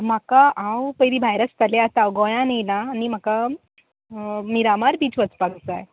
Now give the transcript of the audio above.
म्हाका हांव पयली भायर आसतालें आतां हांव गोंयान येयलां आनी म्हाका मिरामार बीच वचपाक जाय